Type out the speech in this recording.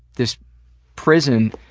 this prison,